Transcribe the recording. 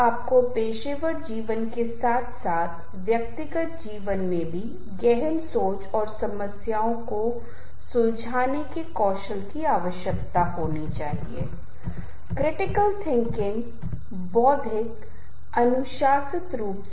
आप इसके बारे में अवगत हो या नहीं भी हो सकते हैं लेकिन यह एक निश्चित प्रकार का माहौल बनाता है या आप किसी होटल या रेस्तरां में चलते हैं और आपको वहां एक निश्चित प्रकार का संगीत बज रहा है